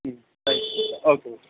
okay okay